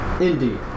indeed